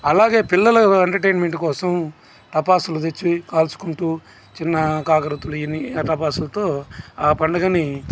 అలాగే పిల్లలు ఎంటర్టైన్మెంట్ కోసం టపాసులు తెచ్చి కాల్చుకుంటూ చిన్న కాకరత్తులు అన్ని ఆటపాసులతో ఆ పండుగని